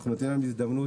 אנחנו נותנים להם הזדמנות,